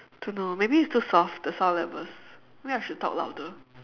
don't know maybe it's too soft the sound levels maybe I should talk louder